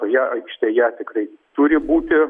toje aikštėje tikrai turi būti